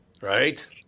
right